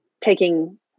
taking